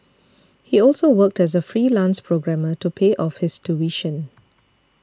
he also worked as a freelance programmer to pay off his tuition